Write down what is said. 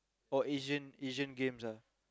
or Asian Asian-Games ah